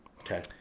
Okay